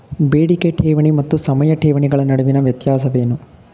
ಬೇಡಿಕೆ ಠೇವಣಿ ಮತ್ತು ಸಮಯ ಠೇವಣಿಗಳ ನಡುವಿನ ವ್ಯತ್ಯಾಸವೇನು?